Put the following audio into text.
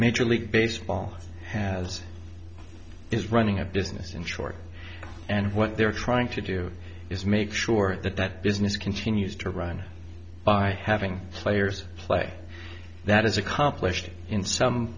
major league baseball has is running a business in short and what they're trying to do is make sure that that business continues to run by having players play that is accomplished in some